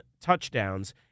touchdowns